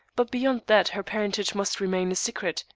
but beyond that her parentage must remain a secret,